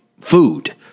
food